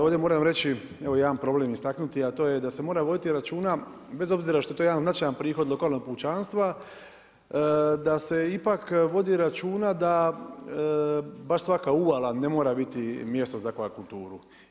Ovdje moram reći evo jedan problem istaknuti, a to je da se mora voditi računa bez obzira što je to jedan značajan prihod lokalnog pučanstva da se ipak vodi računa da baš svaka uvala ne mora biti mjesto za akvakulturu.